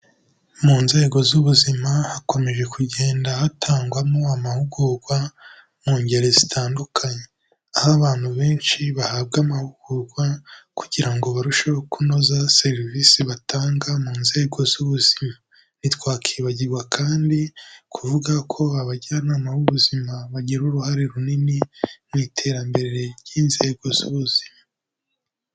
Mu nzego z'ubuzima, hakomeje kugenda hatangwamo amahugurwa mu ngeri zitandukanye, aho abantu benshi bahabwa amahugurwa, kugira ngo barusheho kunoza serivisi batanga mu nzego z'ubuzima, ntitwakwibagirwa kandi kuvuga ko abajyanama b'ubuzima bagira uruhare runini mu iterambere ry'inzego z'ubuzima.